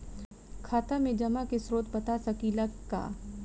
खाता में जमा के स्रोत बता सकी ला का?